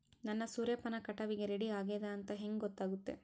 ನನ್ನ ಸೂರ್ಯಪಾನ ಕಟಾವಿಗೆ ರೆಡಿ ಆಗೇದ ಅಂತ ಹೆಂಗ ಗೊತ್ತಾಗುತ್ತೆ?